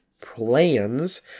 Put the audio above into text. plans